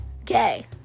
Okay